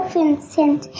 Vincent